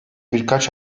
birkaç